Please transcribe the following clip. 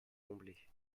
combler